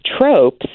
tropes